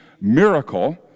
miracle